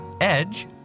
Edge